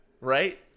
Right